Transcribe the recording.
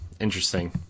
Interesting